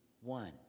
one